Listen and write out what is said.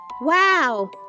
Wow